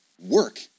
Work